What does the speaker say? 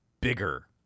bigger